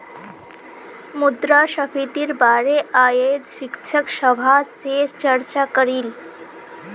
मुद्रास्फीतिर बारे अयेज शिक्षक सभा से चर्चा करिल